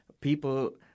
people